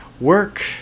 work